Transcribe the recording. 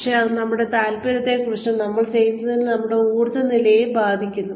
പക്ഷേ അത് നമ്മുടെ താൽപ്പര്യത്തെയും നമ്മൾ ചെയ്യുന്നതെന്തിനോടുമുള്ള നമ്മുടെ ഊർജ്ജ നിലയെയും ബാധിക്കുന്നു